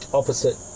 opposite